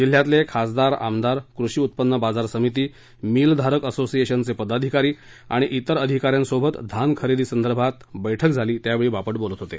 जिल्ह्यातले खासदार आमदार कृषी उत्पन्न बाजार समिती मिलधारक असोसिएशनचे पदाधिकारी आणि इतर अधिका यांसोबतधान खरेदी संदर्भात बैठक झाली त्यावेळी बापट बोलत होते